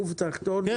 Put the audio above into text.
גוף תחתון,